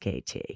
KT